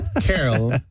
Carol